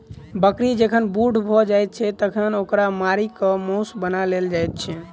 बकरी जखन बूढ़ भ जाइत छै तखन ओकरा मारि क मौस बना लेल जाइत छै